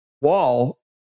wall